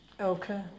Okay